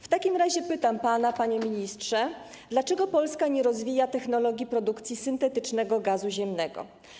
W takim razie pytam pana, panie ministrze, dlaczego Polska nie rozwija technologii produkcji syntetycznego gazu ziemnego.